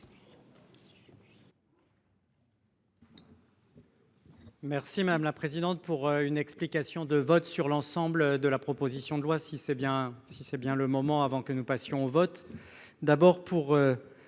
Merci madame la présidente pour une explication de vote sur l'ensemble de la proposition de loi si c'est bien si c'est bien le moment avant que nous passions vote